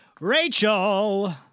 Rachel